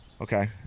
Okay